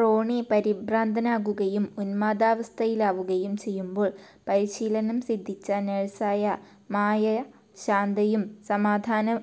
റോണി പരിഭ്രാന്തനാകുകയും ഉന്മാദാവസ്ഥയിലാവുകയും ചെയ്യുമ്പോള് പരിശീലനം സിദ്ധിച്ച നഴ്സായ മായയെ ശാന്തയും സമാധാനം